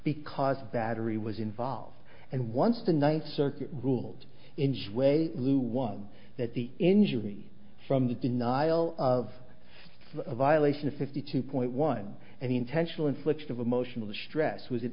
because battery was involved and once the ninth circuit ruled in just way lou one that the injury from the denial of a violation of fifty two point one and intentional infliction of emotional distress was